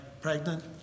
pregnant